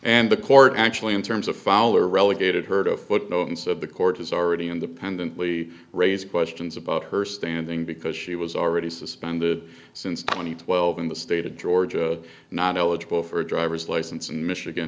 and the court actually in terms of fowler relegated her to a footnote and said the court has already independently raised questions about her standing because she was already suspended since two thousand and twelve in the state of georgia not eligible for a driver's license in michigan